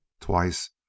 Twice